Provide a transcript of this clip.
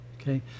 okay